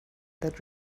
that